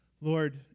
Lord